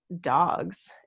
dogs